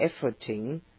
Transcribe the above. efforting